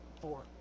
four